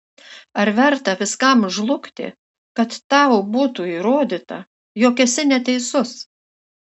ar verta viskam žlugti kad tau būtų įrodyta jog esi neteisus